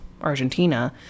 Argentina